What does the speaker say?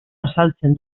azaltzen